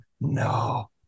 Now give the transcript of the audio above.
no